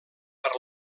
per